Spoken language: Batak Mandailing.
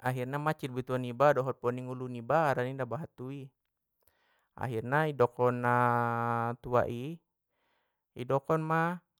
akhirna mancit bitua niba dot poning ulu niba harani na bahat tu i! Akhirna i dokon na tua i i dokon ma.